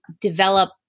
develop